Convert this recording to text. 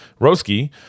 Roski